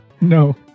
No